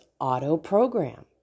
auto-program